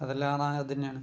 അതെല്ലാമാണ് അതുതന്നെയാണ്